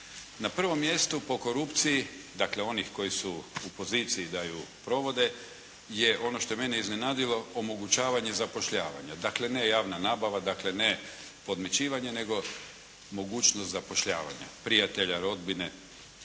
Na prvom mjestu po korupciji dakle onih koji su u poziciji da ju provode je ono što je mene iznenadilo omogućavanje zapošljavanja. Dakle ne javna nabava, dakle ne podmićivanje nego mogućnost zapošljavanja prijatelja, rodbine,